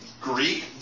Greek